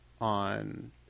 on